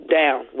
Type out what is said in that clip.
down